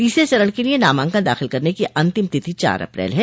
तीसरे चरण के लिये नामांकन दाखिल करने की अंतिम तिथि चार अप्रैल है